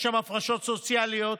יש שם הפרשות סוציאליות.